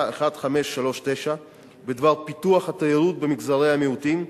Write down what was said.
מס' 1539 בדבר פיתוח התיירות במגזרי המיעוטים.